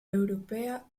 europea